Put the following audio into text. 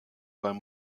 beim